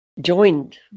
joined